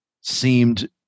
seemed